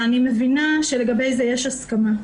אני מבינה שלגבי זה יש הסכמה.